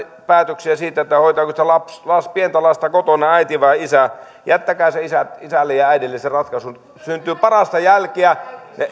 päätöksiä siitä hoitaako sitä pientä lasta kotona äiti vai isä jättäkää isälle ja äidille se ratkaisu syntyy parasta jälkeä